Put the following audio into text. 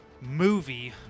movie